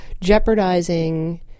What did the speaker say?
jeopardizing